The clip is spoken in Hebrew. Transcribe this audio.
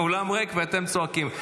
האולם ריק, ואתם צועקים.